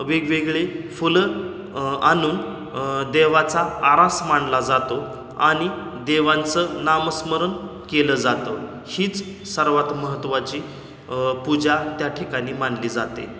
वेगवेगळी फुलं आणून देवाची आरास मांडली जाते आणि देवांचं नामस्मरण केलं जातं हीच सर्वात महत्त्वाची पूजा त्या ठिकाणी मानली जाते